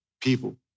people